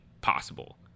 possible